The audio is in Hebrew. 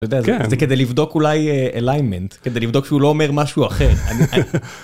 זה כדי לבדוק אולי אליימנט כדי לבדוק שהוא לא אומר משהו אחר.